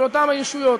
של אותן הישויות.